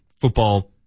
football